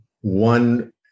one